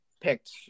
picked